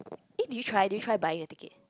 eh did you try did you try buying a ticket